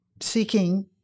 seeking